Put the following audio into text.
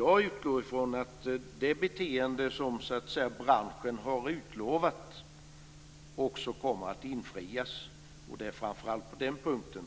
Jag utgår från att det beteende som branschen har utlovat också kommer att infrias. Det är framför allt på den punkten